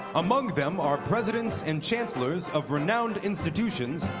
among them are presidents and chancellors of renowned institutions,